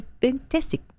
Fantastic